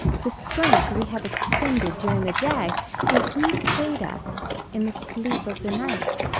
the strength we have expended during the day is repaid us in the sleep of the night.